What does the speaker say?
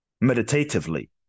meditatively